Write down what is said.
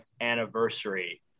anniversary